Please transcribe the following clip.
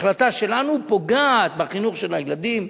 החלטה שלנו פוגעת בחינוך של הילדים,